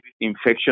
infection